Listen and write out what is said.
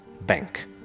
Bank